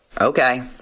Okay